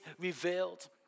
revealed